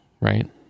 right